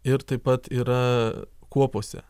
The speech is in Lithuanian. ir taip pat yra kuopose